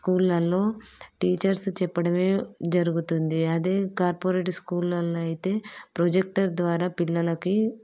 స్కూళ్ళల్లో టీచర్సు చెప్పడమే జరుగుతుంది అదే కార్పొరేట్ స్కూళ్ళల్లో అయితే ప్రొజెక్టర్ ద్వారా పిల్లలకి